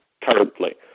currently